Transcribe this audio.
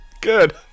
good